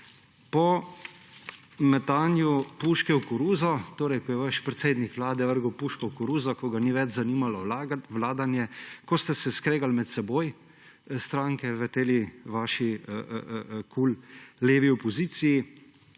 Po metanju puške v koruzo, torej ko je vaš predsednik Vlade vrgel puško v koruzo, ko ga ni več zanimalo vladanje, ko ste se skregali med seboj stranke v tej vaši KUL levi opoziciji,